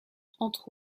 entre